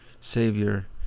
savior